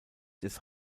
des